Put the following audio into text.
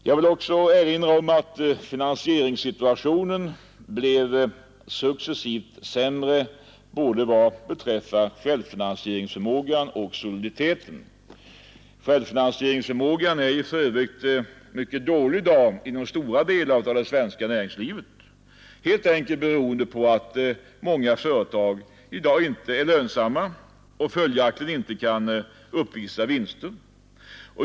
Jag vill också erinra om att finansieringssituationen blev successivt sämre i vad beträffar både självfinansieringsförmågan och soliditeten. Självfinansieringsförmågan är för övrigt mycket dålig i dag inom stora delar av det svenska näringslivet, helt enkelt beroende på att många företag i dag inte är lönsamma och följaktligen inte kan uppvisa vinster.